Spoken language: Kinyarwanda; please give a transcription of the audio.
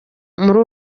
muri